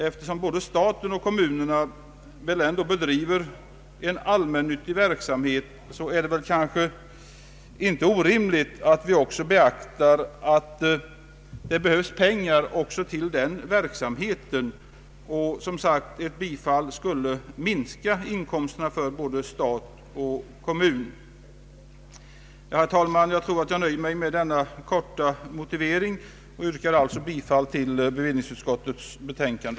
Eftersom både staten och kommunerna ändå bedriver en allmännyttig verksamhet är det kanske inte orimligt att vi beaktar att det också behövs pengar till den verksamheten. Ett bifall till motionerna skulle som sagt minska inkomsterna för både stat och kommun. Jag nöjer mig, herr talman, med denna korta motivering och yrkar alltså bifall till bevillningsutskottets betänkande.